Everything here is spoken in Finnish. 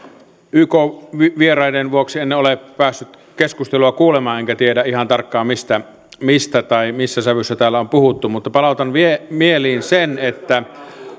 yk vieraiden vuoksi en ole päässyt keskustelua kuulemaan enkä tiedä ihan tarkkaan mistä mistä tai missä sävyssä täällä on puhuttu mutta palautan mieliin sen että